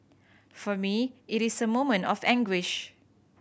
for me it is a moment of anguish